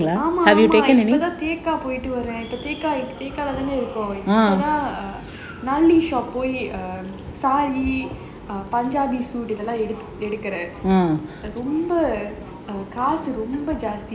ஆமா ஆமா:aamaa aamaa you better take up போயிட்டு வரேன் இப்போ தான இருக்கோம் போய் எடுக்குறேன் இப்ப எல்லாம் ரொம்ப காசு:poitu varaen ippo thaanae irukom edukuraen ippo ellaam romba kaasu